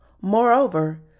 Moreover